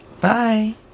Bye